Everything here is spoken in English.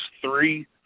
three